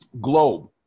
globe